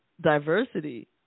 diversity